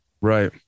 Right